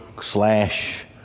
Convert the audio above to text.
slash